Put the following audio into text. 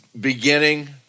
beginning